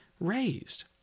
raised